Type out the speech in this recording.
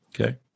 Okay